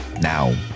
Now